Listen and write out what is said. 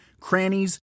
crannies